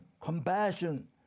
compassion